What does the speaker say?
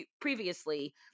previously